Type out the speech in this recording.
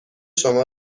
شما